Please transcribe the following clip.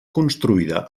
construïda